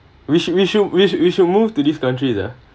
we should we should we should we should move to this country ah